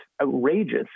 outrageous